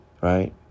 Right